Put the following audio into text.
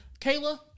Kayla